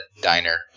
diner